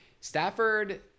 Stafford